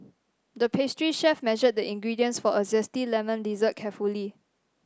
the pastry chef measured the ingredients for a zesty lemon dessert carefully